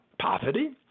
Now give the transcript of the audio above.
poverty